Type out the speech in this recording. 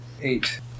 Eight